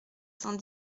cent